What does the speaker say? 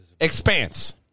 Expanse